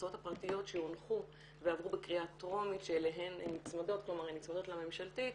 ההצעות הפרטיות שהונחו ועברו בקריאה טרומית שנצמדות להצעה הממשלתית,